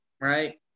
right